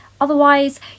Otherwise